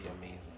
amazing